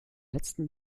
letzten